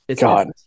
God